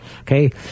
Okay